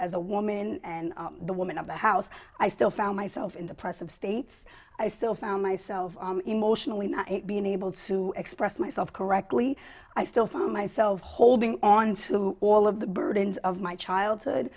as a woman and the woman of the house i still found myself in the press of states i still found myself emotionally not being able to express myself correctly i still find myself holding on to all of the burdens of my childhood